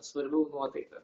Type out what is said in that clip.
svarbiau nuotaika